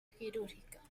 quirúrgica